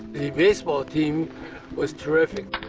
the baseball team was terrific.